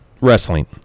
wrestling